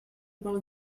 pel